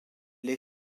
les